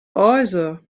either